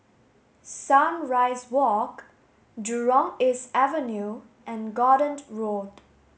Sunrise Walk Jurong East Avenue and Gordon Road